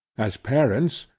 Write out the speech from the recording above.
as parents,